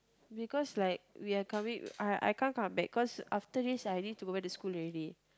because like we are coming I I can't come back cause after this I need to go back to school already